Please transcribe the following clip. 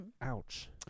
Ouch